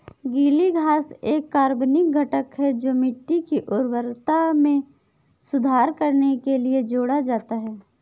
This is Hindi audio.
गीली घास एक कार्बनिक घटक है जो मिट्टी की उर्वरता में सुधार करने के लिए जोड़ा जाता है